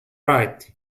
right